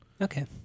Okay